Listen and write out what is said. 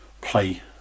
play